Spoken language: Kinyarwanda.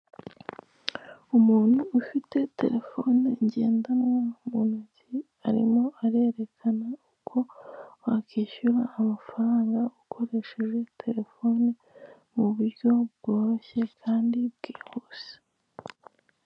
Umuntu ufite telefone ngendanwa mu ntoki arimo arerekana uko wakwishyura amafaranga ukoresheje telefone mu buryo bworoshye kandi bwihuse.